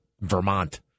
Vermont